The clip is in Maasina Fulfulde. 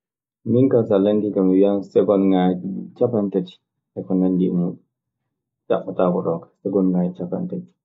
Min kaa, so a landike kan, mi wiyan segonŋaaji capanɗe tati, e ko anndi e muuɗun. Ñammotaako ɗoon kaa, segonŋaaji capanɗe tati.